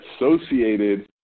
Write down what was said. associated